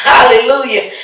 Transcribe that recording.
Hallelujah